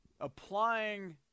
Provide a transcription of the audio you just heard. applying